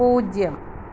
പൂജ്യം